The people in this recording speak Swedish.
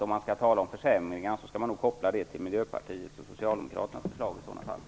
Om man skall tala om försämringar skall man nog koppla det till Miljöpartiets och Socialdemokraternas förslag i så fall.